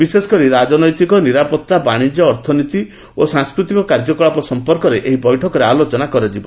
ବିଶେଷକରି ରାଜନୈତିକ ନିରାପତ୍ତା ବାଣିଜ୍ୟ ଅର୍ଥନୀତି ଓ ସାଂସ୍କୃତିକ କାର୍ଯ୍ୟକଳାପ ସମ୍ପର୍କରେ ଏହି ବୈଠକରେ ଆଲୋଚନା କରାଯିବ